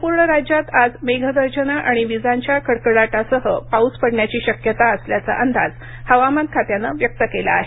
संपूर्ण राज्यात आज मेघगर्जना आणि विजांच्या कडकडासह पाऊस पडण्याची शक्यता असल्याचा अंदाज हवामान खात्यानं व्यक्त केला आहे